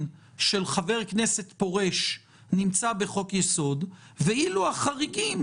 של חבר כנסת פורש נמצא בחוק-יסוד ואילו החריגים,